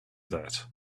that